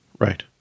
Right